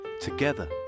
Together